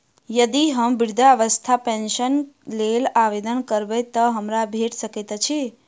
यदि हम वृद्धावस्था पेंशनक लेल आवेदन करबै तऽ हमरा भेट सकैत अछि?